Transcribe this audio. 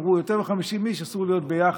אמרו שליותר מ-50 איש אסור להיות ביחד,